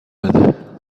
بده